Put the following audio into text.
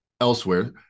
elsewhere